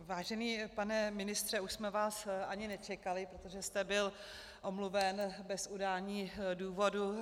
Vážený pane ministře, už jsme vás ani nečekali, protože jste byl omluven bez udání důvodu.